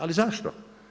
Ali zašto?